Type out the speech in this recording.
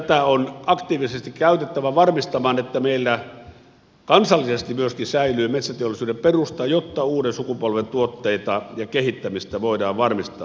tätä on aktiivisesti käytettävä varmistamaan että meillä kansallisesti myöskin säilyy metsäteollisuuden perusta jotta uuden sukupolven tuotteet ja kehittäminen voidaan varmistaa